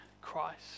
Christ